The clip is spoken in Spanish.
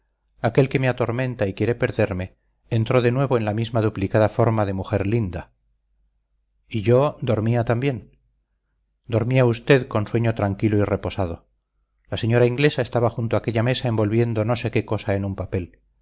aquel que me atormenta y quiere perderme entró de nuevo en la misma duplicada forma de mujer linda y yo dormía también dormía usted con sueño tranquilo y reposado la señora inglesa estaba junto a aquella mesa envolviendo no sé qué cosa en un papel